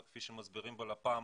וכפי שמסבירים בלפ"מ,